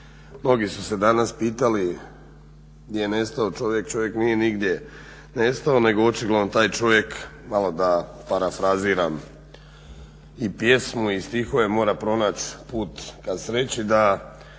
Mnogi su se danas pitali gdje je nestao čovjek, čovjek nije nigdje nestao nego očigledno taj čovjek, malo da parafraziram i pjesmo i stihove, mora pronaći "Put ka sreći." da